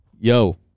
Yo